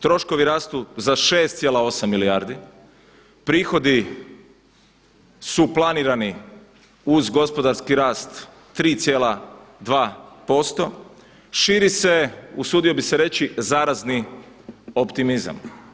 Troškovi rasu za 6,8 milijardi, prihodi su planirani uz gospodarski rast 3,2%, širi se usudio bi se reći, zarazni optimizam.